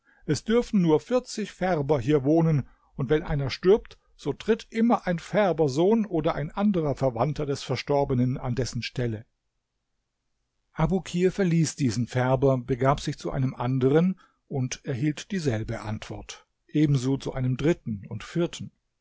es dürfen nur vierzig färber hier wohnen und wenn einer stirbt so tritt immer ein färbersohn oder ein anderer verwandter des verstorbenen an dessen stelle abukir verließ diesen färber begab sich zu einem anderen und erhielt dieselbe antwort ebenso zu einem dritten und vierten